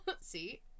see